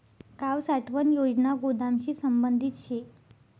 गाव साठवण योजना गोदामशी संबंधित शे